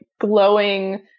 glowing